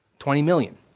twenty million,